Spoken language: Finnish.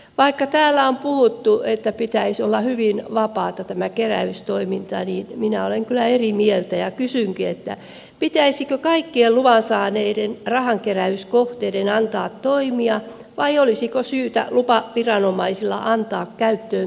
vaikka täällä on puhuttu että pitäisi olla hyvin vapaata tämä keräystoiminta niin minä olen kyllä eri mieltä ja kysynkin pitäisikö kaikkien luvan saaneiden rahankeräyskohteiden antaa toimia vai olisiko syytä lupaviranomaisille antaa käyttöön tarveharkinta